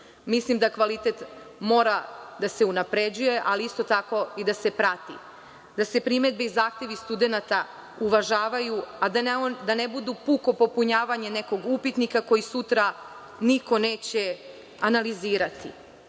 Mislim da kvalitet mora da se unapređuje, ali isto tako i da se prati, da se primedbe i zahtevi studenata uvažavaju, a da ne budu puko popunjavanje nekog upitnika koji sutra niko neće analizirati. To